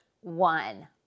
one